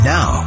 Now